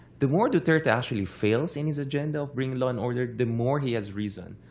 the more duterte actually fails in his agenda of bringing law and order, the more he has reason,